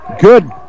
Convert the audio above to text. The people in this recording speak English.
good